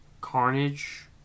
Carnage